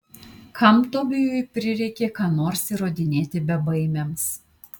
kam tobijui prireikė ką nors įrodinėti bebaimiams